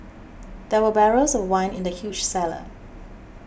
there were barrels of wine in the huge cellar